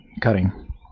cutting